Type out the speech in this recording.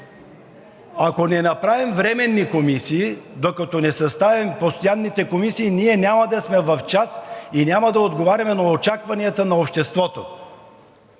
ако не направим временни комисии, докато не съставим постоянните комисии, ние няма да сме в час и няма да отговаряме на очакванията на обществото.